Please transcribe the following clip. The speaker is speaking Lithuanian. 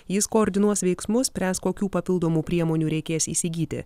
jis koordinuos veiksmus spręs kokių papildomų priemonių reikės įsigyti